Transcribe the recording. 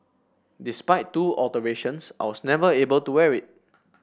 despite two alterations I was never able to wear it